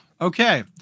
Okay